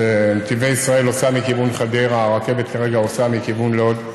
שנתיבי ישראל עושה מכיוון חדרה והרכבת כרגע עושה מכיוון לוד.